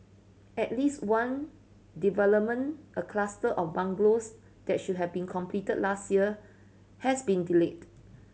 at least one development a cluster of bungalows that should have been completed last year has been delayed